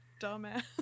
dumbass